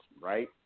right